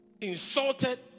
insulted